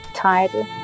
title